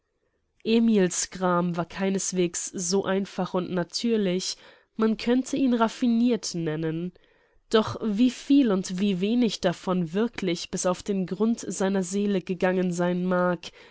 emil's gram war keinesweges so einfach und natürlich man könnte ihn raffinirt nennen doch wie viel und wie wenig davon wirklich bis auf den grund seiner seele gegangen sein mag